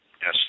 Yes